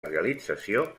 realització